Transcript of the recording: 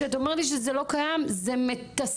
כשאת אומרת לי שזה לא קיים זה מסתכל.